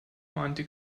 mahnte